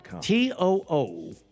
t-o-o